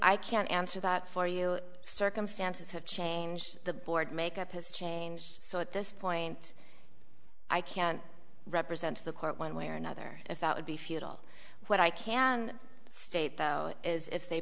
i can't answer that for you circumstances have changed the board makeup has changed so at this point i can't represent to the court one way or another if that would be futile what i can state though is if they